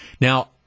Now